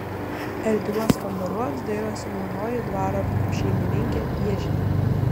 erdviuos kambariuos dairosi naujoji dvaro šeimininkė piežienė